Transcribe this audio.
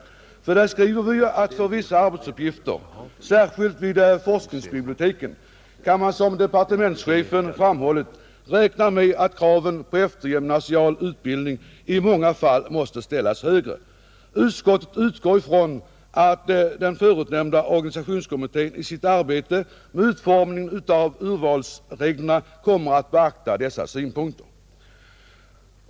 Där säger vi ju att för vissa arbetsuppgifter, särskilt vid forskningsbiblioteken, kan man som departementschefen har framhållit räkna med att kraven på eftergymnasial utbildning i många fall måste ställas högre. Utskottet utgår från att den förutnämnda organisationskommittén i sitt arbete med utformningen av urvalsreglerna kommer att beakta dessa synpunkter.